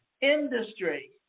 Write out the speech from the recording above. industry